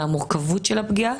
ממורכבות הפגיעה,